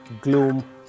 gloom